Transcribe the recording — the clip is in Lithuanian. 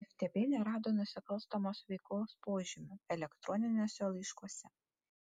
ftb nerado nusikalstamos veikos požymių elektroniniuose laiškuose